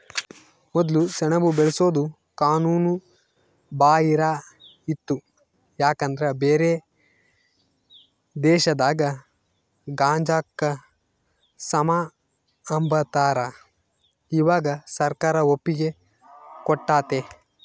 ಮೊದ್ಲು ಸೆಣಬು ಬೆಳ್ಸೋದು ಕಾನೂನು ಬಾಹಿರ ಇತ್ತು ಯಾಕಂದ್ರ ಬ್ಯಾರೆ ದೇಶದಾಗ ಗಾಂಜಾಕ ಸಮ ಅಂಬತಾರ, ಇವಾಗ ಸರ್ಕಾರ ಒಪ್ಪಿಗೆ ಕೊಟ್ಟತೆ